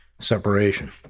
separation